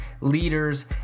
leaders